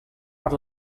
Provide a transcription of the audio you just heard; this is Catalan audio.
per